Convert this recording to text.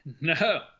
No